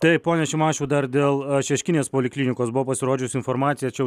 taip pone šimašiau dar dėl šeškinės poliklinikos buvo pasirodžius informacija čia